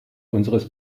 unseres